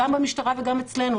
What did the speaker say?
גם במשטרה וגם אצלנו.